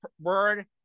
word